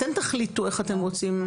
אתם תחליטו איך אתם רוצים.